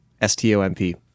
S-T-O-M-P